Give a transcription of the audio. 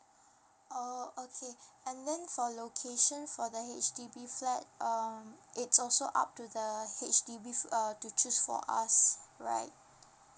oh okay and then for location for the H_D_B flat um it's also up to the H_D_B f~ uh to choose for us right